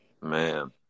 Man